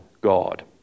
God